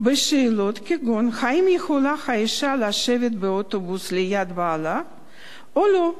בשאלות כגון: האם יכולה האשה לשבת באוטובוס ליד בעלה או לא?